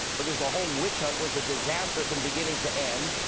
because the whole witch hunt was a disaster from beginning to end.